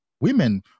women